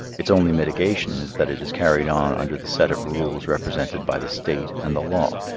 its only mitigation is that it is carried on under the set of rules represented by the state and the law.